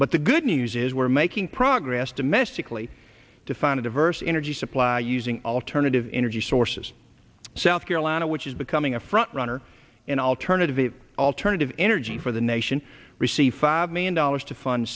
but the good news is we're making progress domestically to find a diverse energy supply using alternative energy sources south carolina which is becoming a front runner in alternative the alternative energy for the nation we see five million dollars to fund